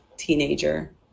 teenager